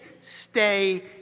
stay